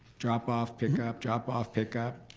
drop off, pick up, drop off, pick up,